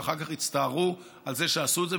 ואחר כך יצטערו על זה שעשו את זה,